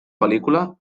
pel·lícula